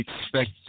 expect